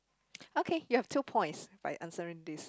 okay you have two points by answering this